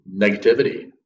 negativity